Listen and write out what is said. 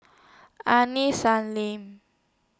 Aini Salim